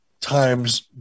times